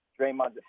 Draymond